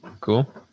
cool